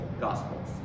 gospels